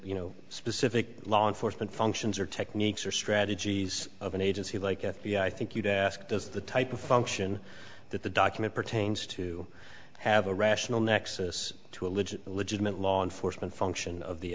you know specific law enforcement functions or techniques or strategies of an agency like f b i i think you'd ask does the type of function that the document pertains to have a rational nexus to a legit legitimate law enforcement function of the